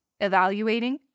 evaluating